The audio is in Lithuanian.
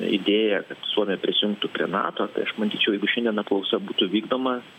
idėją kad suomija prisijungtų prie nato tai aš manyčiau jeigu šiandien apklausa būtų vykdoma